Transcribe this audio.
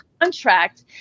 contract